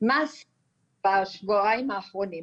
מה עשינו בשבועיים האחרונים?